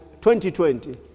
2020